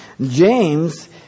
James